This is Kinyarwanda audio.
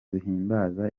zihimbaza